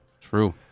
True